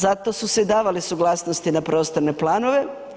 Zato su se davale suglasnosti na prostorne planove.